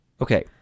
Okay